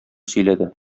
сөйләде